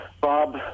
Bob